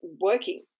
working